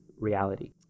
reality